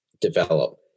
develop